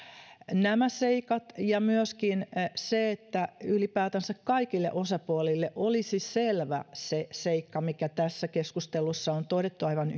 nämä seikat nostan esille ja myöskin sen että ylipäätänsä kaikille osapuolille olisi selvä se seikka mikä tässä keskustelussa on todettu aivan